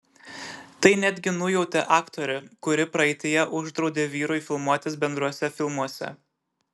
tai netgi nujautė aktorė kuri praeityje uždraudė vyrui filmuotis bendruose filmuose